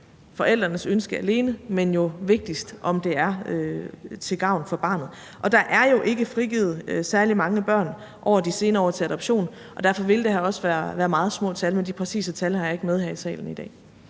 forældrenes ønske alene, men jo vigtigst, om det er til gavn for barnet. Der er jo ikke frigivet særlig mange børn over de senere år til adoption, og derfor vil det her også være meget små tal, men de præcise tal har jeg ikke med her i salen i dag.